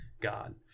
God